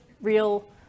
real